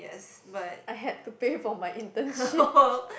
I had to pay for my internship